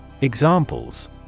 Examples